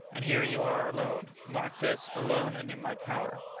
and here you are alone! mark this! alone and in my power!